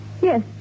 yes